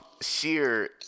sheer